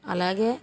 అలాగే